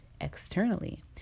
externally